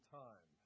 time